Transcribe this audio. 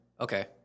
Okay